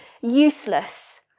useless